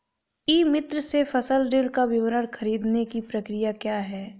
ई मित्र से फसल ऋण का विवरण ख़रीदने की प्रक्रिया क्या है?